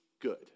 good